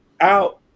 out